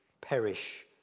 perish